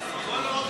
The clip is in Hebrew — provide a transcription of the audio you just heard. יש לו חום?